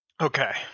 Okay